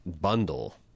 bundle